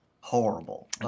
horrible